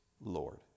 Lord